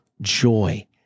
joy